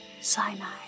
Sinai